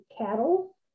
cattle